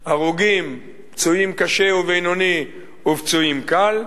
הרוגים, פצועים קשה ובינוני ופצועים קל,